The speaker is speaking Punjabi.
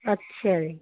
ਅੱਛਾ ਜੀ